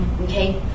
Okay